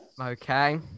Okay